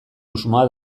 usmoa